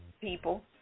people